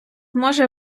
може